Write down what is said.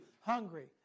hungry